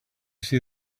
see